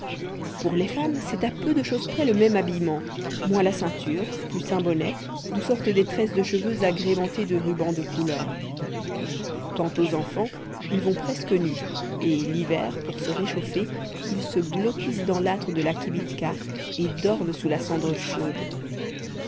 pour les femmes c'est à peu de chose près le même habillement moins la ceinture plus un bonnet d'où sortent des tresses de cheveux agrémentées de rubans de couleur quant aux enfants ils vont presque nus et l'hiver pour se réchauffer ils se blottissent dans l'âtre de la kibitka et dorment sous la cendre chaude